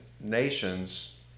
nations